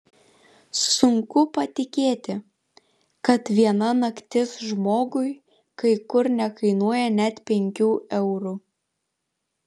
sunku patikėti kad viena naktis žmogui kai kur nekainuoja net penkių eurų